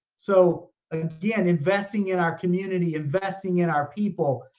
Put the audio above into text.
so again, investing in our community, investing in our people.